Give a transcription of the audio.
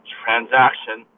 transaction